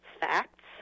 facts